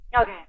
Okay